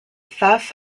thus